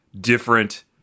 different